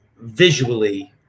visually